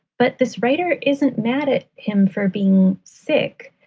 but this writer isn't mad at him for being sick.